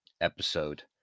episode